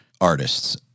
artists